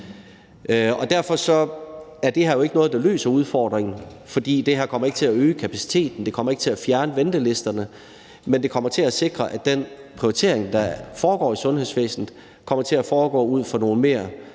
Derfor er det her jo ikke noget, der løser udfordringen, for det her kommer ikke til at øge kapaciteten, det kommer ikke til at fjerne ventelisterne. Men det kommer til at sikre, at den prioritering, der foregår i sundhedsvæsenet, kommer til at foregå ud fra nogle mere